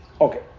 okay